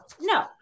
no